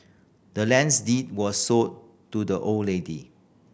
the land's deed was sold to the old lady